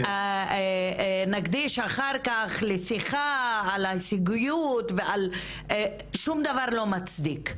נקדיש אחר כך לשיחה על הישגיות - שום דבר לא מצדיק.